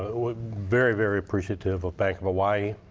very, very appreciative of bank of hawai'i.